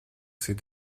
ces